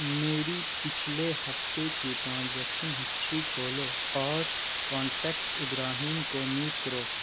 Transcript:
میری پچھلے ہفتے کی ٹرانزیکشن ہسٹری کھولو اور کانٹیکٹ ابراہیم کو میوٹ کرو